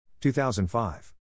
2005